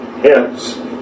Hence